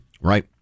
Right